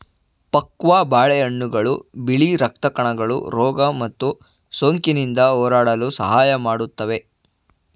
ಪಕ್ವ ಬಾಳೆಹಣ್ಣುಗಳು ಬಿಳಿ ರಕ್ತ ಕಣಗಳು ರೋಗ ಮತ್ತು ಸೋಂಕಿನಿಂದ ಹೋರಾಡಲು ಸಹಾಯ ಮಾಡುತ್ವೆ